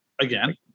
again